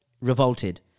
revolted